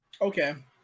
Okay